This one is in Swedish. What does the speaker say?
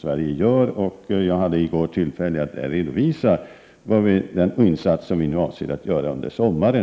30 maj 1989 Jag hade i går tillfälle att redovisa den insats vi avser att göra under AM RR Sd : zz 5 SA .